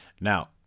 Now